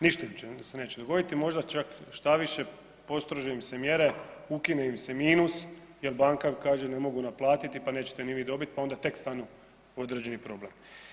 Ništa im se neće dogoditi, možda čak štoviše, postrože im se mjere, ukine im se minus, jel banka kaže ne mogu naplatiti pa nećete ni vi dobiti pa onda tek stanu određeni problem.